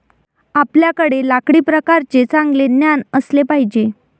आपल्याकडे लाकडी प्रकारांचे चांगले ज्ञान असले पाहिजे